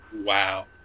wow